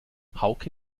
hauke